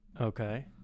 Okay